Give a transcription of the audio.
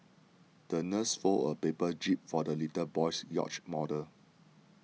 the nurse folded a paper jib for the little boy's yacht model